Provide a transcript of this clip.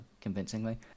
convincingly